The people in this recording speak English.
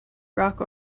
rock